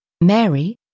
Mary